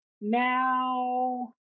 Now